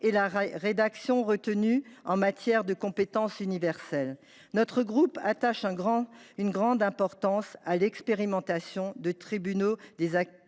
: la rédaction retenue en matière de compétence universelle. Notre groupe attache une grande importance à l’expérimentation des tribunaux des activités